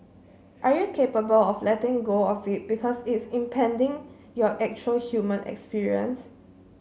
are you capable of letting go of it because it's impeding your actual human experience